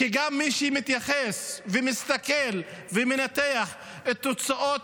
כי גם מי שמתייחס ומסתכל ומנתח את תוצאות